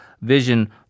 vision